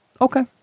Okay